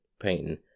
painting